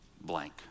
blank